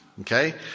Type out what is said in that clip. Okay